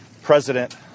president